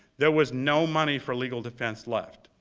there was no money for legal defense left.